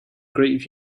great